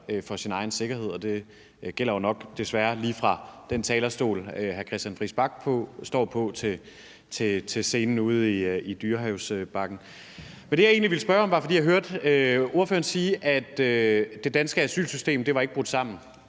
for sin egen sikkerhed, og det gælder jo nok desværre alle lige fra dem, der står på den talerstol, som hr. Christian Friis Bach står på, til dem, der står på scenen ude på Dyrehavsbakken. Men det, jeg egentlig ville spørge om, handler om det, jeg hørte ordføreren sige, nemlig at det danske asylsystem ikke var brudt sammen.